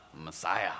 Messiah